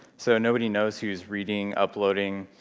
so nobody knows who's reading, uploading,